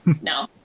No